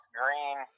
green